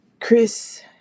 Chris